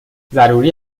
ضروری